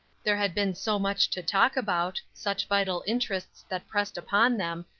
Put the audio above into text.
there had been so much to talk about, such vital interests that pressed upon them,